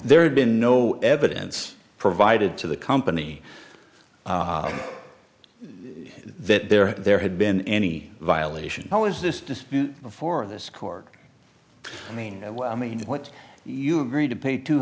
there had been no evidence provided to the company that there there had been any violation how is this just before this court i mean i mean what you agreed to pay two